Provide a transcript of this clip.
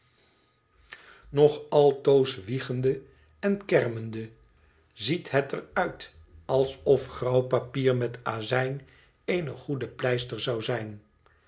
nog altoos wiegende en kermende t ziet het er uit alsof grauw papier met azijn eene goede pleister zou zijn